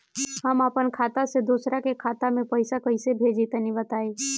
हम आपन खाता से दोसरा के खाता मे पईसा कइसे भेजि तनि बताईं?